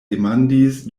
demandis